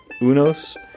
Unos